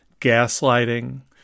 gaslighting